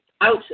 out